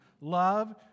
Love